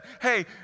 hey